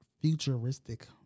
Futuristic